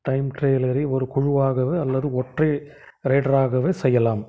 time ட்ரையலை ஒரு குழுவாகவோ அல்லது ஒற்றை ரைடராகவோ செய்யலாம்